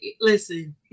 listen